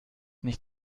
nicht